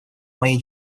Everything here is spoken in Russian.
моей